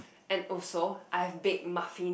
and also I have baked muffins